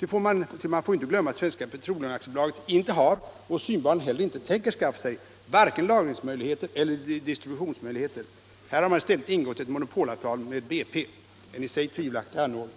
Ty man får ju inte glömma att Svenska Petroleum AB inte har, och synbarligen heller inte tänker skaffa, vare sig lagringsmöjligheter eller distributionsmöjligheter. Här har man i stället ingått ett monopolavtal med BP. En i sig tvivelaktig anordning.